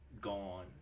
gone